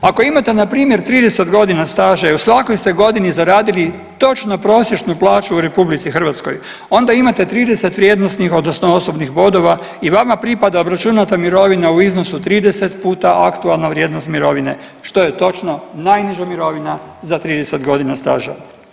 Ako imate npr. 30.g. staža i u svakoj ste godini zaradili točno prosječnu plaću u RH onda imate 30 vrijednosnih odnosno osobnih bodova i vama pripada obračunata mirovina u iznosu 30 puta aktualna vrijednost mirovine, što je točno najniža mirovina za 30.g. staža.